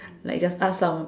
like just ask some